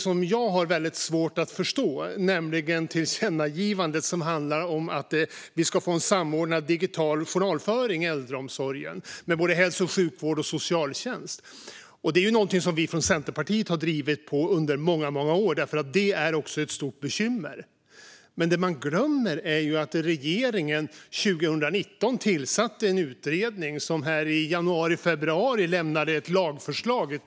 Här är det fråga om något som jag har svårt att förstå, nämligen förslaget till tillkännagivande om att få en samordnad digital journalföring i äldreomsorgen med både hälso och sjukvård och socialtjänst. Det är en fråga som vi i Centerpartiet har drivit i många år eftersom frågan är ett stort bekymmer. Men det man glömmer är att regeringen 2019 tillsatte en utredning som i januari-februari lade fram ett betänkande med ett lagförslag.